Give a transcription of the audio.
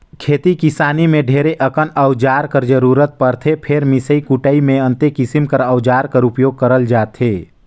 खेती किसानी मे ढेरे अकन अउजार कर जरूरत परथे फेर मिसई कुटई मे अन्ते किसिम कर अउजार कर उपियोग करल जाथे